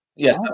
Yes